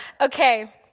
Okay